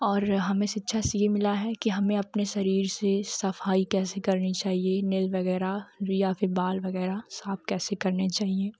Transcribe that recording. और हमें शिक्षा से यह मिला है की हमें अपने शरीर से सफ़ाई कैसे करनी चाहिए नेल वगैराह या बाल वगैराह साफ़ कैसे करने चाहिए